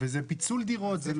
וזה פיצול דירות.